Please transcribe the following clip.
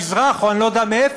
מהמזרח או אני לא יודע מאיפה,